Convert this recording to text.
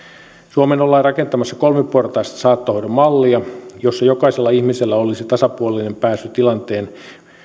suomeen ollaan rakentamassa kolmiportaista saattohoidon mallia jossa jokaisella ihmisellä olisi tasapuolinen pääsy tilanteen